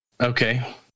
Okay